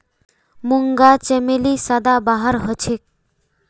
मूंगा चमेली सदाबहार हछेक